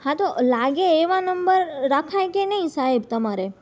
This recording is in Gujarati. હા તો લાગે એવા નંબર રખાય કે નહીં સાહેબ તમારે